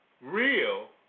Real